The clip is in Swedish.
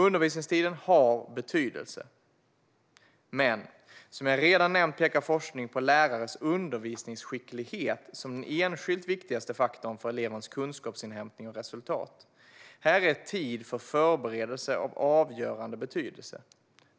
Undervisningstiden har betydelse, men som jag redan nämnt pekar forskning på lärarens undervisningsskicklighet som den enskilt viktigaste faktorn för elevernas kunskapsinhämtning och resultat. Här är tid för förberedelser av avgörande betydelse.